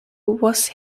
was